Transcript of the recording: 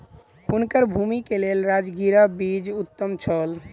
हुनकर भूमि के लेल राजगिरा बीज उत्तम छल